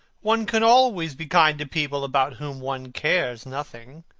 one can always be kind to people about whom one cares nothing.